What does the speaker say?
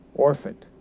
orphaned,